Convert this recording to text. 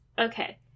Okay